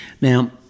Now